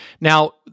Now